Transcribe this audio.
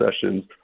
sessions